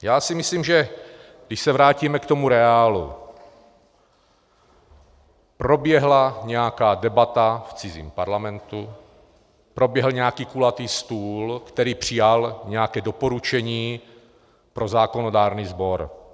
Já si myslím, že když se vrátíme k reálu, proběhla nějaká debata v cizím parlamentu, proběhl nějaký kulatý stůl, který přijal nějaké doporučení pro zákonodárný sbor.